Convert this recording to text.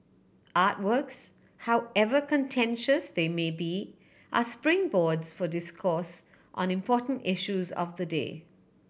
artworks however contentious they may be are springboards for discourse on important issues of the day